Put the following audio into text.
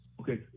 Okay